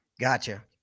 Gotcha